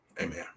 Amen